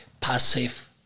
passive